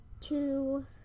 two